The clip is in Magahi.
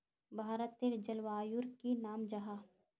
भारतेर जलवायुर की नाम जाहा?